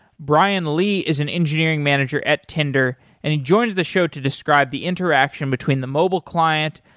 brian lee is an engineering manager at tinder and he joins the show to describe the interaction between the mobile client,